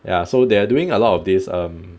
ya so they're doing a lot of this um